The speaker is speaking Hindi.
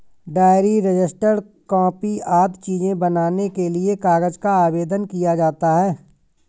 डायरी, रजिस्टर, कॉपी आदि चीजें बनाने के लिए कागज का आवेदन किया जाता है